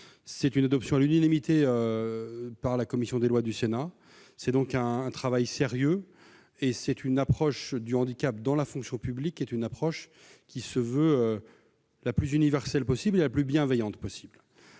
c'est une adoption à l'unanimité par la commission des lois du Sénat. C'est donc un travail sérieux, et c'est une approche du handicap dans la fonction publique qui se veut la plus universelle et la plus bienveillante possible.